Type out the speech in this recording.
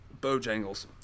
Bojangles